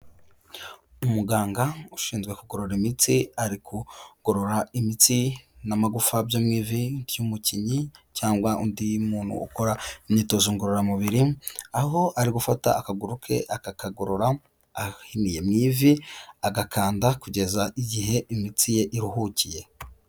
Umuganga ushinzwe kugorora imitsi, ari kugorora imitsi n'amagufa byo mu ivi by'umukinnyi cyangwa undi muntu ukora imyitozo ngororamubiri, aho ari gufata akaguru ke akakagorora ahiniye mu ivi, agakanda kugeza igihe imitsi ye iruhukiye.